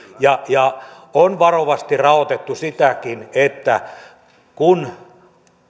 ja ja on varovasti raotettu sitäkin että kun